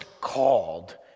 called